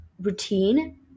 routine